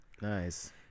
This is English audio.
Nice